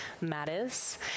matters